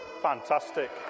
Fantastic